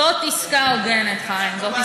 זאת עסקה הוגנת, חיים.